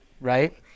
right